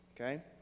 Okay